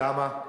כמה?